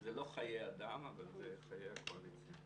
זה לא חיי אדם, אבל זה חיי הקואליציה.